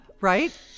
Right